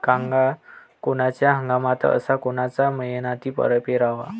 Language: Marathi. कांद्या कोनच्या हंगामात अस कोनच्या मईन्यात पेरावं?